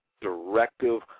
directive